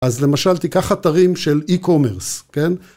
אז למשל תיקח אתרים של e-commerce, כן?